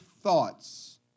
thoughts